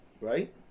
right